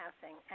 passing